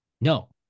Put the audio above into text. No